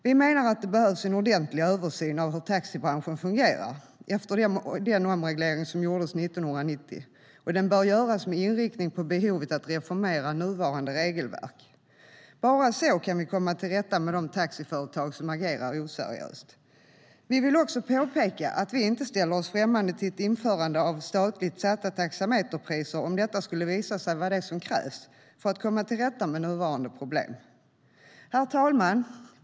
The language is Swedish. Vi menar att det behövs en ordentlig översyn av hur taxibranschen fungerar efter den omreglering som gjordes 1990, och den bör göras med inriktning på behovet av att reformera nuvarande regelverk. Bara så kan vi komma till rätta med de taxiföretag som agerar oseriöst. Vi vill också påpeka att vi inte ställer oss främmande till ett införande av statligt satta taxameterpriser om detta skulle visa sig vara det som krävs för att komma till rätta med nuvarande problem. Herr talman!